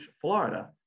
Florida